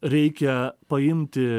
reikia paimti